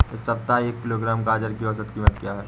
इस सप्ताह एक किलोग्राम गाजर की औसत कीमत क्या है?